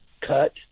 cut